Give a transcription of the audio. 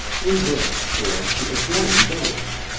in this or the adjoining village.